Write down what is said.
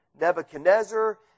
Nebuchadnezzar